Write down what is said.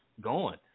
gone